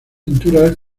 pintura